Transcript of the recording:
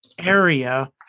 area